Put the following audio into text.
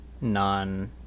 non